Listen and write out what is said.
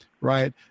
right